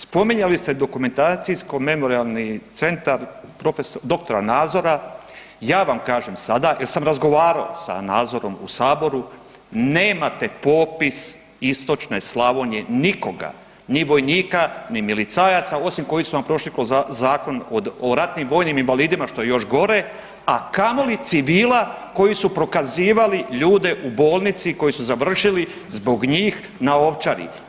Spominjali ste dokumentacijsko-memorijalni centar, prof. dr. Nazora, ja vam kažem sada jer sam razgovarao sa Nazorom u Saboru, nemate popis istočne Slavonije nikoga, ni vojnika, ni milicajaca osim koji su vam prošli kroz zakon o ratnim vojnim invalidima, što je još gore a kamoli civila koji su prokazivali ljude u bolnici koji su završili zbog njih na Ovčari.